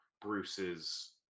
Bruce's